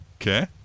Okay